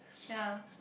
ya